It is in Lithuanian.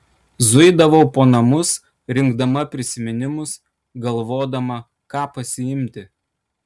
zuidavau po namus rinkdama prisiminimus galvodama ką pasiimti